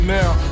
now